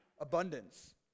Abundance